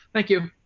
thank you.